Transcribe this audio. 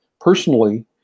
personally